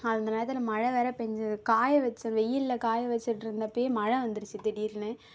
அந்த நேரத்தில் மழை வேறு பெஞ்சிது காய வைச்சேன் வெயிலில் காய வெச்சுட்ருந்தப்பியே மழை வந்துடுச்சி திடீரெனு